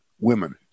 women